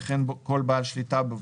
וכל בעל שליטה בו,